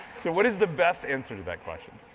so what is the best answer to that question?